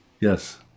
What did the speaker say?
Yes